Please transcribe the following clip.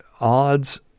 odds